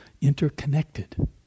interconnected